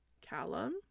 Callum